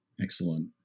Excellent